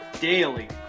daily